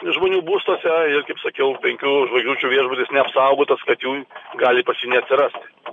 žmonių būstuose ir kaip sakiau penkių žvaigždučių viešbutis neapsaugotas kad jų gali pas jį neatsirast